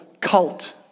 cult